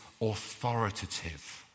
authoritative